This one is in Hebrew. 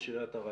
ראש עיריית ערד.